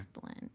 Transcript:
blend